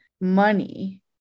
money